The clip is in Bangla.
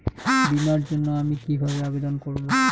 বিমার জন্য আমি কি কিভাবে আবেদন করব?